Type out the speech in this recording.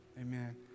amen